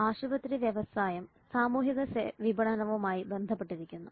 ആശുപത്രി വ്യവസായം സാമൂഹിക വിപണനവുമായി ബന്ധപ്പെട്ടിരിക്കുന്നു